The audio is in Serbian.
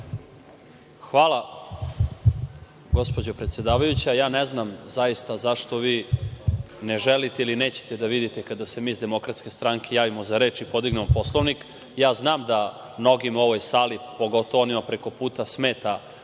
Hvala gospođo predsedavajuća. Ne znam zaista zašto vi ne želite ili nećete da vidite kada se mi iz DS javimo za reč i podignemo Poslovnik. Znam da mnogima u ovoj sali, pogotovo onima preko puta smeta